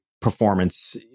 performance